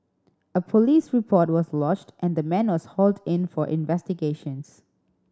a police report was lodged and the man was hauled in for investigations